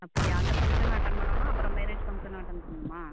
அப்படியா அந்த ஃபங்க்ஷனும் அட்டன் பண்ணணும் அப்புறம் மேரேஜ் ஃபங்க்ஷனும் அட்டன் பண்ணணுமா